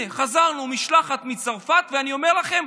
הינה, חזרנו, משלחת מצרפת, ואני אומר לכם,